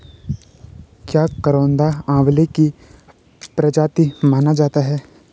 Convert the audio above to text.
क्या करौंदा आंवले की प्रजाति माना जाता है?